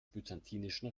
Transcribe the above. byzantinischen